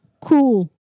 Cool